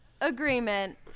agreement